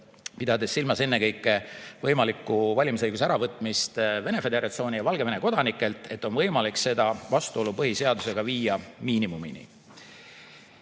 pidades silmas ennekõike võimalikku valimisõiguse äravõtmist Vene föderatsiooni ja Valgevene kodanikelt –, et on võimalik see vastuolu põhiseadusega viia miinimumini.